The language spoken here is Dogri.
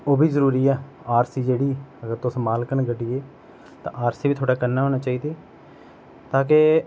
ओह् बी जरूरी ऐ आरसी जेह्ड़ी तुस मालक न गड्डिए दे ते आरसी बी थुआढ़े कन्नै होनी चाहिदी ताकि